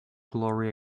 glory